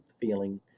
feeling